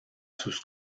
sus